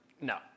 No